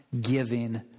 giving